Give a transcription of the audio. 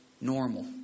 normal